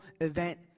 event